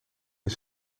een